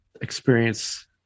experience